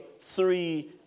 three